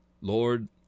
Lord